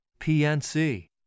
PNC